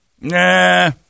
Nah